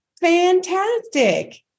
Fantastic